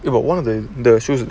ya but one of the the show